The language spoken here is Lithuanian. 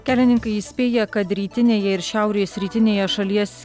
kelininkai įspėja kad rytinėje ir šiaurės rytinėje šalies